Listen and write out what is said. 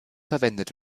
verwendet